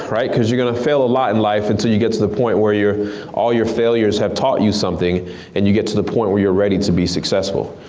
right? because you're gonna fail a lot in life until you get to the point where all you're failures have taught you something and you get to the point where you're ready to be successful.